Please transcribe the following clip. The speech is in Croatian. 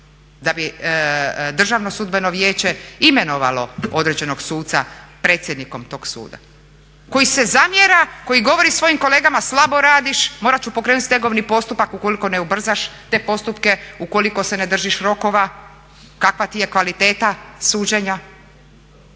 da bi državno sudbeno vijeće imenovalo određenog suca predsjednikom tog suda koji se zamjera, koji govori svojim kolegama slabo radiš, morat ću pokrenut stegovni postupak ukoliko ne ubrzaš te postupke, ukoliko se ne držim rokova, kakva ti je kvaliteta suđenja.